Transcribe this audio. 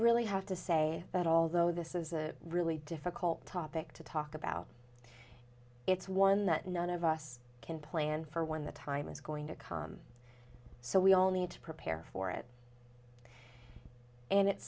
really have to say that although this is a really difficult topic to talk about it's one that none of us can plan for when the time is going to come so we all need to prepare for it and it's